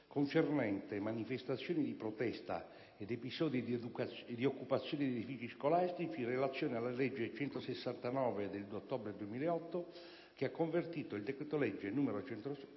concernente manifestazioni di protesta ed episodi di occupazione di edifici scolastici in relazione alla legge n. 169 del 30 ottobre 2008, che ha convertito il decreto-legge 1°